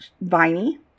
Viney